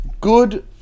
good